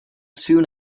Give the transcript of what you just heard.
soon